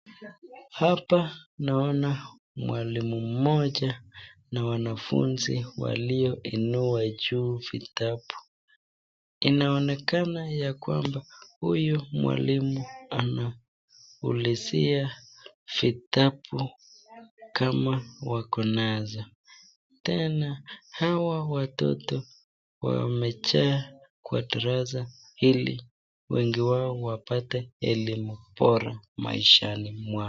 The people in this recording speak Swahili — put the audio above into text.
Hapa naona mwalimu mmoja na wanafunzi walioinua juu vitabu, inaonekana ya kwamba huyu mwalimu anaulizia vitabu kama wako meza, tena hawa watoto wamejaa kwa darasa ili wengi wao wapate elimu bora maishani mwao.